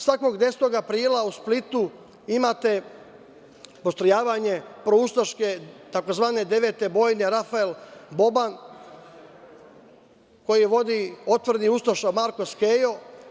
Svakog 10. aprila u Splitu imate postrojavanje proustaške tzv. Devete bojne, Rafael Boban koji vodi ustaša Marko Skejo.